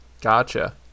Gotcha